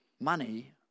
money